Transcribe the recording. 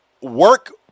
work